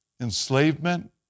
enslavement